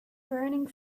burning